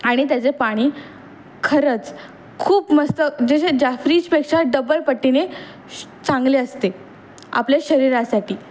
आणि त्याचे पाणी खरंच खूप मस्त जसे जा फ्रीजपेक्षा डबल पट्टीने चांगले असते आपल्या शरीरासाठी